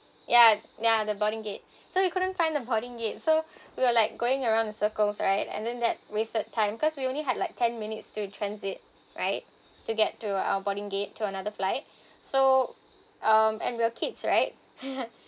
ya ya the boarding gate so we couldn't find the boarding gate so we were like going around the circles right and then that wasted time because we only had like ten minutes to transit right to get to our boarding gate to another flight so um and we were kids right